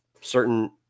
certain